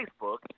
Facebook